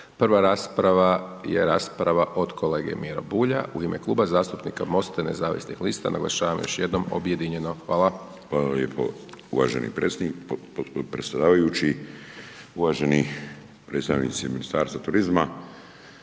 Prva rasprava je rasprava od kolege Miro Bulja u ime Kluba zastupnika MOST-a nezavisnih lista, naglašavam još jednom objedinjeno. Hvala. **Bulj, Miro (MOST)** Hvala lijepo uvaženi predsjedavajući, uvaženi predstavnici Ministarstva turizma,